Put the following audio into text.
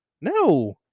no